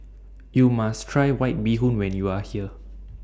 YOU must Try White Bee Hoon when YOU Are here